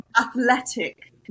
Athletic